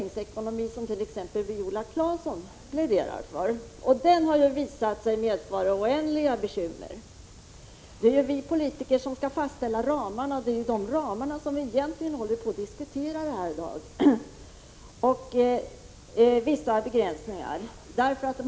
en sådan som Viola Claesson pläderar för — och den har visat sig medföra oändliga bekymmer. Det är vi politiker som skall fastställa ramarna — och det är dessa som vi egentligen diskuterar i dag — dock med vissa begränsningar.